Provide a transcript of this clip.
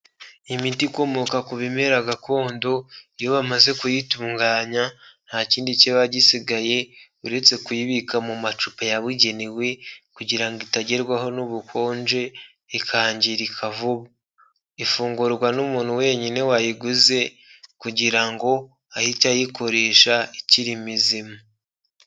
Imiti ikomoka ku bimera gakondo, iyo bamaze kuyitunganya nta kindi kiba gisigaye uretse kuyibika mu macupa yabugenewe kugira ngo itagerwaho n'ubukonje ikangirika vuba. Ifungurwa n'umuntu wenyine wayiguze kugira ngo ahite ayikoresha ikiri mizima.